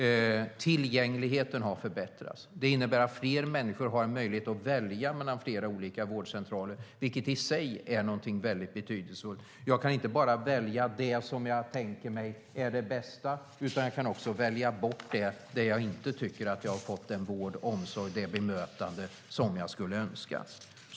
Tillgängligheten har förbättrats. Det innebär att fler människor har en möjlighet att välja mellan flera olika vårdcentraler, vilket i sig är någonting väldigt betydelsefullt. Jag kan inte bara välja det som jag tänker mig är det bästa, utan jag kan också välja bort vårdcentraler där jag inte tycker att jag har fått den vård och omsorg och det bemötande som jag skulle önska.